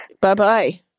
Bye-bye